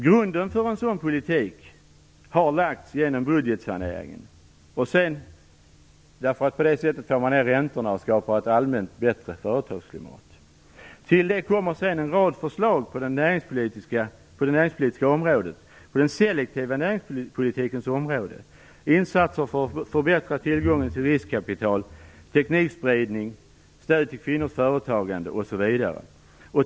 Grunden för en sådan politik har lagts genom budgetsaneringen, därför att man på det sättet tar ned räntorna och skapar ett allmänt bättre företagsklimat. Till det kommer sedan en rad förslag på den selektiva näringspolitikens område: insatser för att förbättra tillgången till riskkapital, teknikspridning, stöd till kvinnors företagande.